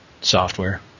software